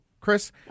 Chris